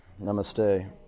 namaste